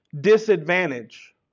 disadvantage